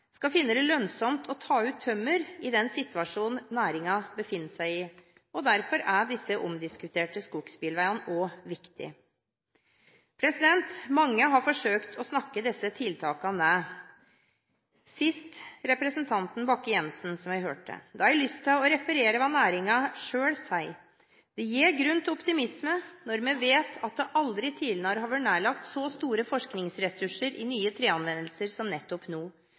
skal finne det lønnsomt å ta ut tømmer i den situasjonen næringen befinner seg. Derfor er disse omdiskuterte skogsbilveiene også viktige. Mange har forsøkt å snakke disse tiltakene ned – sist representanten Bakke-Jensen, som vi hørte. Jeg har lyst til å referere hva næringen selv sier: «Det gir grunn til optimisme når vi vet at det aldri tidligere har vært nedlagt så store forskningsressurser i nye treanvendelser som nettopp nå.